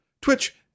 Twitch